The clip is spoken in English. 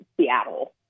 Seattle